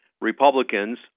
Republicans